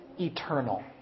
eternal